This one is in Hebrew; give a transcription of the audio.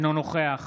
אינו נוכח